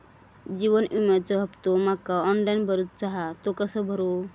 जीवन विम्याचो हफ्तो माका ऑनलाइन भरूचो हा तो कसो भरू?